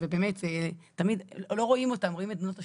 ובאמת, תמיד לא רואים אותם, רואים את בנות השירות.